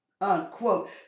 unquote